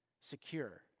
secure